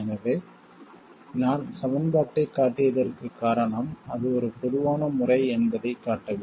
எனவே நான் சமன்பாட்டைக் காட்டியதற்குக் காரணம் அது ஒரு பொதுவான முறை என்பதைக் காட்டவே